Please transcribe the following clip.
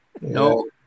no